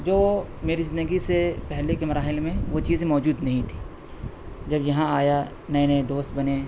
جو میری زندگی سے پہلے کے مراحل میں وہ چیزیں موجود نہیں تھیں جب یہاں آیا نئے نئے دوست بنے